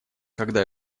когда